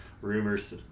rumors